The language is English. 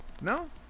No